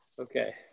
Okay